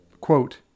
quote